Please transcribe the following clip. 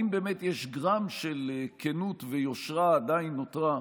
אם באמת יש גרם של כנות ויושרה שעדיין נותרה,